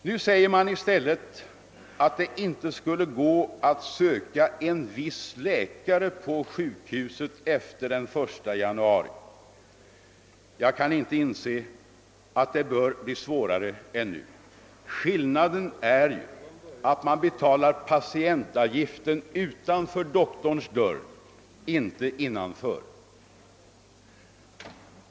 Nu säger man i stället att det inte skulle gå att söka en viss läkare på sjukhuset efter den 1 januari. Jag kan inte inse att det bör bli svårare än nu. Skillnaden är ju att patientavgiften skall betalas utanför doktorns dörr, inte innanför.